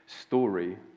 Story